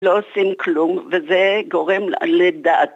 לא עושים כלום, וזה גורם לדעת.